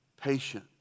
patient